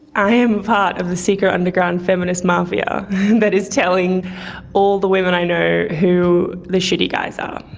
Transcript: i am part of the secret underground feminist mafia that is telling all the women i know who the shitty guys are.